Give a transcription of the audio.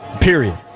Period